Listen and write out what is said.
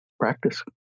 practice